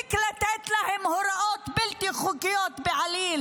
שיפסיק לתת להם הוראות בלתי חוקיות בעליל